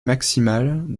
maximale